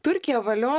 turkija valio